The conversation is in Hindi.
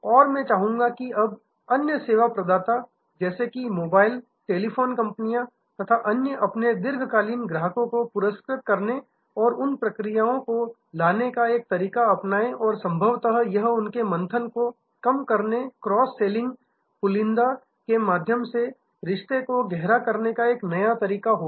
और मैं चाहता हूं कि अब अन्य सेवा प्रदाता जैसे मोबाइल टेलिफोन कंपनियां तथा अन्य अपने दीर्घकालिक ग्राहकों को पुरस्कृत करने और उन प्रक्रियाओं को लाने का एक तरीका अपनाएंगे और संभवतः यह उनके मंथन को कम करने और क्रॉस सेलिंग और पुलिंदा बंडलिंग के माध्यम से रिश्ते को गहरा करने का एक तरीका होगा